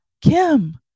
Kim